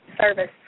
service